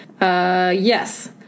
Yes